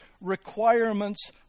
requirements